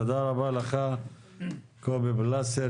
תודה רבה לך קובי פלקסר,